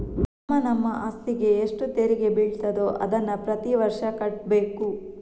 ನಮ್ಮ ನಮ್ಮ ಅಸ್ತಿಗೆ ಎಷ್ಟು ತೆರಿಗೆ ಬೀಳ್ತದೋ ಅದನ್ನ ಪ್ರತೀ ವರ್ಷ ಕಟ್ಬೇಕು